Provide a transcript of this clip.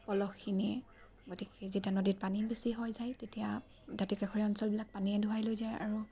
পলসখিনিয়ে গতিকে যেতিয়া নদীত পানী বেছি হৈ যায় তেতিয়া দাঁতি কাষৰীয়া অঞ্চলবিলাক পানীয়ে ধোৱাই লৈ যায় আৰু